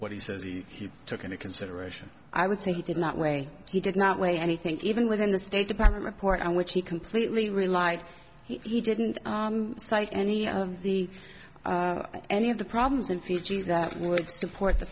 what he says he took into consideration i would say he did not weigh he did not weigh anything even within the state department report on which he completely rely he didn't cite any of the any of the problems in fiji that would support the